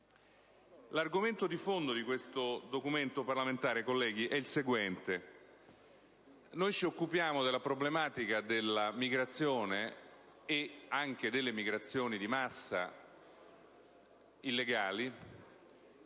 L'argomento di fondo di questo documento parlamentare, colleghi, è il seguente. Noi ci occupiamo della problematica della migrazione, e anche delle migrazioni di massa illegali,